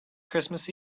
christmas